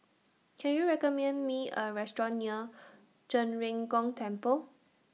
Can YOU recommend Me A Restaurant near Zhen Ren Gong Temple